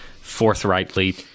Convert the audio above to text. forthrightly